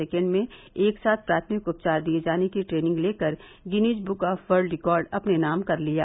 महोत्सव में एक साथ प्राथमिक उपचार दिये जाने की टेनिंग लेकर Guinness book of world record अपने नाम कर लिया